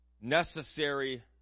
necessary